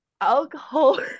Alcohol